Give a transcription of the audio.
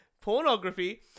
pornography